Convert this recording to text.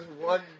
one